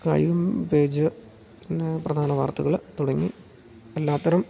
കായികം പേജ് പിന്നെ പ്രധാന വാർത്തകൾ തുടങ്ങി എല്ലാത്തരം